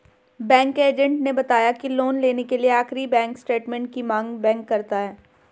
bank agent ने बताया की लोन लेने के लिए आखिरी बैंक स्टेटमेंट की मांग बैंक करता है